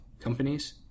companies